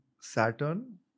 Saturn